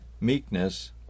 meekness